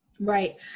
Right